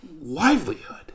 livelihood